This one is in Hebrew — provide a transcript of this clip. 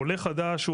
עולה חדש הוא